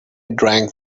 drank